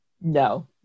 No